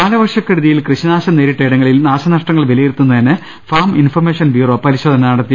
കാലവർഷക്കെടുതിയിൽ കൃഷനാശം നേരിട്ടയിടങ്ങളിൽ നാശനഷ്ടങ്ങൾ വിലിയിരുത്തുന്നതിന് ഫാം ഇൻഫർമേ ഷൻ ബ്യൂറോ പരിശോധന നടത്തി